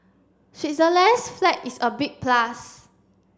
Switzerland's flag is a big plus